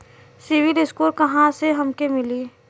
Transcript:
CIBIL score कहाँसे हमके मिली?